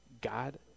God